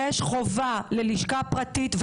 יש חובה ללשכה פרטית,